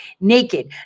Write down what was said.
naked